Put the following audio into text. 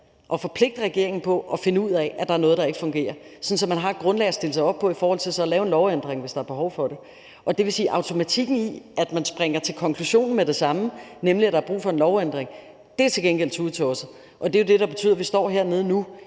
at forpligte regeringen på at finde ud af, at der er noget, der ikke fungerer, så man har et grundlag at stille sig på i forhold til at lave en lovændring, hvis der er behov for det. Automatikken i, at man springer til konklusionen med det samme, nemlig at der er brug for en lovændring, er til gengæld tudetosset. Og det er jo det, der betyder, at vi står hernede nu